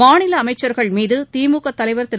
மாநிலஅமைச்சர்கள் மீதுதிமுகதலைவர் திரு